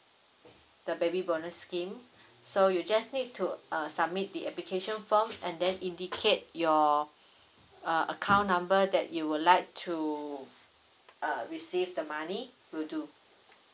the baby bonus scheme so you just need to uh submit the application form and then indicate your uh account number that you would like to uh receive the money will do